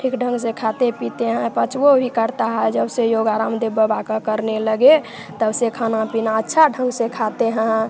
ठीक ढंग से खाते पीते हैं पचता भी कड़ता है जब से योगा रामदेव बाबा का करने लगे तब से खाना पीना अच्छा ढंग से खाते हैं